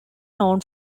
known